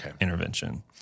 intervention